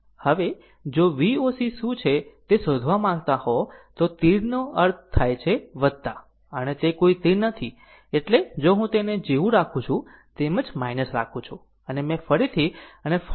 હવે જો V o c શું છે તે શોધવા માંગતા હો તો તીરનો અર્થ થાય છે અને તે કોઈ તીર નથી એટલે જો હું તેને જેવું રાખું છું તેમ જ રાખું છું અને મેં ફરીથી અને ફરીથી કહ્યું